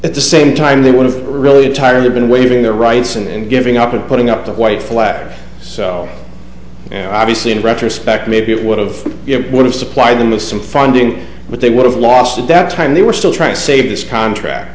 at the same time they would have really entirely been waiting their rights and giving up and putting up the white flag so obviously in retrospect maybe it would of it would have supplied them with some funding but they would have lost at that time they were still trying to save this contract